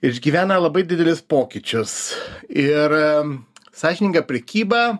ir išgyvena labai didelis pokyčius ir sąžininga prekyba